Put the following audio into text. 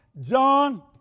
John